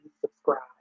subscribe